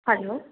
hello